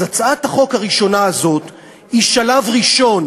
אז הצעת החוק הראשונה הזאת היא שלב ראשון